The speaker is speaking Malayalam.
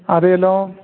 അതേലോ